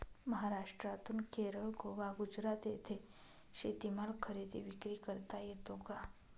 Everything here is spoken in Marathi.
महाराष्ट्रातून केरळ, गोवा, गुजरात येथे शेतीमाल खरेदी विक्री करता येतो का?